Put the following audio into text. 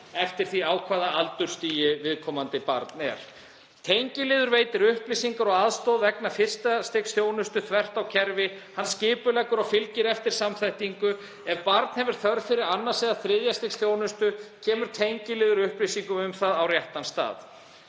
eftir því á hvaða aldursstigi viðkomandi barn er. Tengiliður veitir upplýsingar og aðstoð vegna fyrsta stigs þjónustu þvert á kerfi. Hann skipuleggur og fylgir eftir samþættingu. Ef barn hefur þörf fyrir annars eða þriðja stigs þjónustu kemur tengiliður upplýsingum um það á réttan stað.